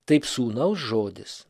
taip sūnaus žodis